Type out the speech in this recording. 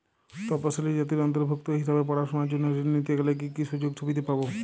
তফসিলি জাতির অন্তর্ভুক্ত হিসাবে পড়াশুনার জন্য ঋণ নিতে গেলে কী কী সুযোগ সুবিধে পাব?